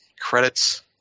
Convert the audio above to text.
credits